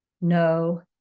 no